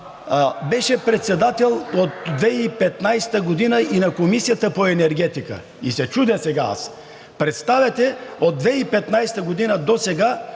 беше председател от 2015 г. и на Комисията по енергетика. И се чудя сега аз – предлагате от 2015 г. досега